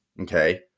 okay